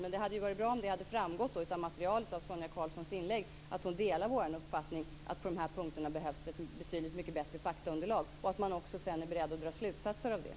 Men det hade varit bra om det hade framgått av materialet och av Sonia Karlssons inlägg att hon delar vår uppfattning att på de här punkterna behövs det betydligt mycket bättre faktaunderlag och att man också sedan är beredd att dra slutsatser av det.